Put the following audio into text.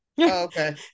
okay